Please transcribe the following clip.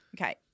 Okay